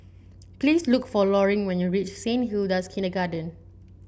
please look for Loring when you reach Saint Hilda's Kindergarten